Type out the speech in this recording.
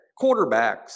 Quarterbacks